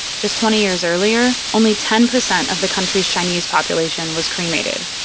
just twenty years earlier only ten percent of the country's chinese population was cremated,